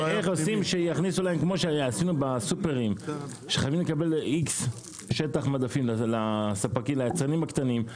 השאלה איך עושים שחייבים לקבל X שטח מדפים ליצרנים הקטנים,